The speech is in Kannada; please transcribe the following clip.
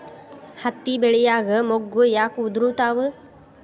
ಹತ್ತಿ ಬೆಳಿಯಾಗ ಮೊಗ್ಗು ಯಾಕ್ ಉದುರುತಾವ್?